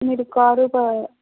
మీరు కారు